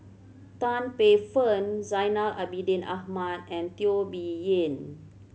Tan Paey Fern Zainal Abidin Ahmad and Teo Bee Yen